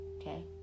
okay